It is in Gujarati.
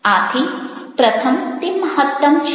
આથી પ્રથમ તે મહત્તમ છે